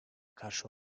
karşı